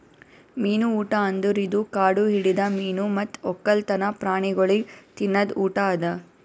ಮೀನು ಊಟ ಅಂದುರ್ ಇದು ಕಾಡು ಹಿಡಿದ ಮೀನು ಮತ್ತ್ ಒಕ್ಕಲ್ತನ ಪ್ರಾಣಿಗೊಳಿಗ್ ತಿನದ್ ಊಟ ಅದಾ